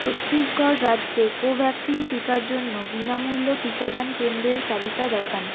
ছত্তিশগড় রাজ্যে কোভ্যাক্সিন টিকার জন্য বিনামূল্য টিকাদান কেন্দ্রের তালিকা দেখান